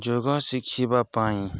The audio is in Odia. ଯୋଗ ଶିଖିବା ପାଇଁ